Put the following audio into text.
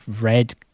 Red